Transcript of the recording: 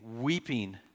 weeping